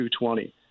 220